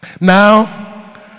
now